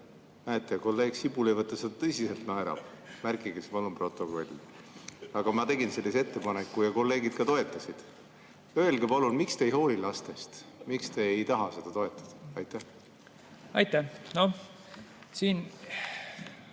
Näete, kolleeg Sibul ei võta seda tõsiselt, naerab! Märkige see palun protokolli! Aga ma tegin sellise ettepaneku ja kolleegid toetasid. Öelge palun, miks te ei hooli lastest. Miks te ei taha seda toetada? Aitäh, austatud esimees!